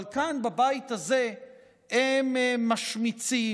אבל כאן בבית הזה הם משמיצים,